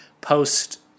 post